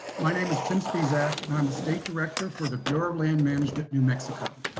my name is tim spisak, and i'm the state director for the bureau of land management new mexico.